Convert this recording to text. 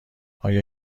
آیا